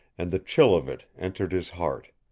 and the chill of it entered his heart.